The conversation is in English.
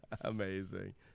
Amazing